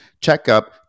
checkup